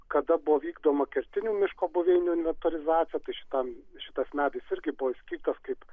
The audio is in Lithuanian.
kada buvo vykdoma kertinių miško buveinių inventorizacija tai šitam šitas medis irgi buvo išskirtas kaip